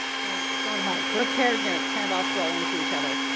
some of my prepared notes kind of all flow into each other,